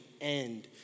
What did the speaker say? end